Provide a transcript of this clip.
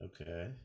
okay